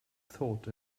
thought